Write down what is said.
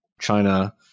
China